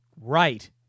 Right